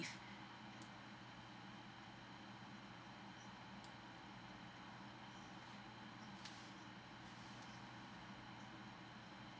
leave